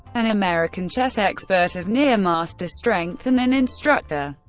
an american chess expert of near master strength and an instructor.